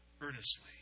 earnestly